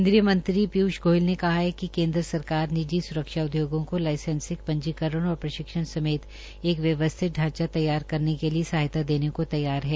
केन्द्रीय मंत्री पीयूष गोयल ने कहा है कि केन्द्र सरकार निजी सुरक्षा उदयोगों को लाइसेंसिंग पंजीकरण और प्रशिक्षण समेत एक व्यवस्थित ढांच तैयार करने के लिए सहायता देने को तैयार है